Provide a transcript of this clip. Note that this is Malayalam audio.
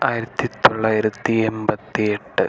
ആയിരത്തിത്തൊള്ളായിരത്തി എമ്പത്തി എട്ട്